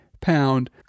pound